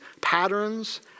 patterns